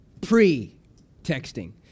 pre-texting